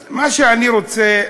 אז מה שאני רוצה,